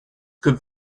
could